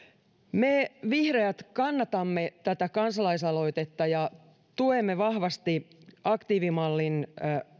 me vihreät kannatamme tätä kansalaisaloitetta ja tuemme vahvasti aktiivimallin